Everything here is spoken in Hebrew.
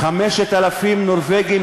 כי נורבגיה,